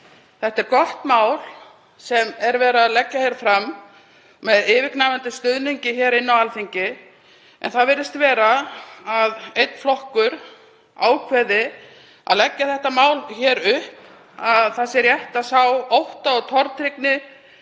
Þetta er gott mál sem er verið að leggja fram með yfirgnæfandi stuðningi hér á Alþingi. En það virðist vera að einn flokkur ákveði að leggja þetta mál upp þannig að það sé rétt að sá ótta og tortryggni